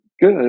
good